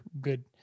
good